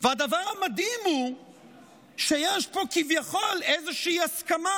והדבר המדהים הוא שיש פה כביכול איזושהי הסכמה